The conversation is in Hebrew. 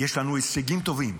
יש לנו הישגים טובים,